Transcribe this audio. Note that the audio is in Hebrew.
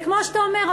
זה כמו שאתה אומר,